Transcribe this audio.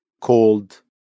called